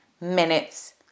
minutes